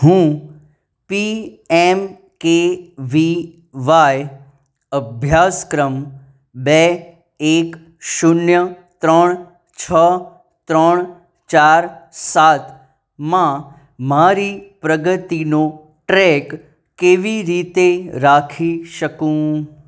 હું P M K V Y અભ્યાસક્રમ બે એક શૂન્ય ત્રણ છ ત્રણ ચાર સાતમાં મારી પ્રગતિનો ટ્રેક કેવી રીતે રાખી શકું